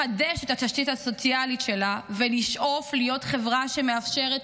לחדש את התשתית הסוציאלית שלה ולשאוף להיות חברה שמאפשרת